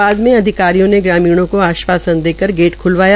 बाद में अधिकारियों ने ग्रामीणों को आश्वासन देकर गेट खुलवाया